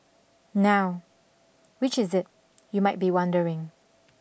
now which is it you might be wondering